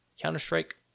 Counter-Strike